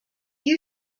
you